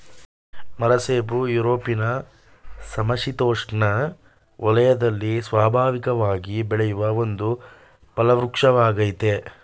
ಮರಸೇಬು ಯುರೊಪಿನ ಸಮಶಿತೋಷ್ಣ ವಲಯದಲ್ಲಿ ಸ್ವಾಭಾವಿಕವಾಗಿ ಬೆಳೆಯುವ ಒಂದು ಫಲವೃಕ್ಷವಾಗಯ್ತೆ